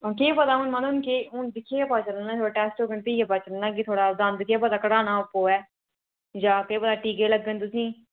केह् पता हून मता दिक्खी गै पता चलना ऐ जेल्लै थुआढ़े टैस्ट होङन फ्ही गै पता चलना ऐ कि थुआढ़ा दंद केह् पता कढाना पवै जां केह् पता टीके लग्गन तु'सेंगी